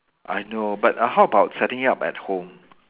I know but how about setting up at home